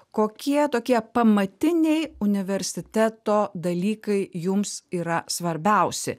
kokie tokie pamatiniai universiteto dalykai jums yra svarbiausi